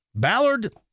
Ballard